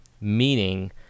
meaning